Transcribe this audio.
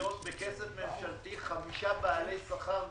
מיליון כסף ממשלתי, יש חמישה בעלי שכר גבוהים.